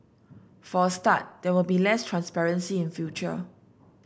for a start there will be less transparency in future